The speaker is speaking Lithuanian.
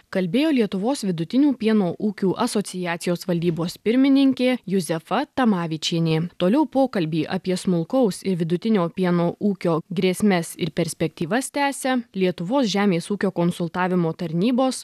kalbėjo lietuvos vidutinių pieno ūkių asociacijos valdybos pirmininkė juzefa tamavičienė toliau pokalbį apie smulkaus ir vidutinio pieno ūkio grėsmes ir perspektyvas tęsia lietuvos žemės ūkio konsultavimo tarnybos